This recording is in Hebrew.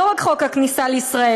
לא רק חוק הכניסה לישראל,